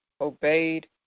obeyed